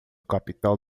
capital